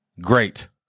Great